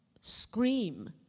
scream